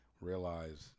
realize